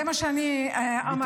זה מה שאני אמרתי.